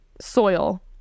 soil